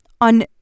on